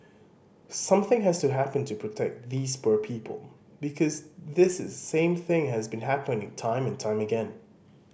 something has to happen to protect these poor people because this is same thing has been happening time and time again